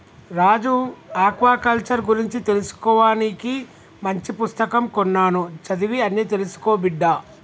రాజు aquaculture గురించి తెలుసుకోవానికి మంచి పుస్తకం కొన్నాను చదివి అన్ని తెలుసుకో బిడ్డా